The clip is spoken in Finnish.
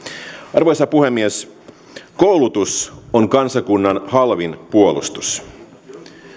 arvoisa puhemies koulutus on kansakunnan halvin puolustus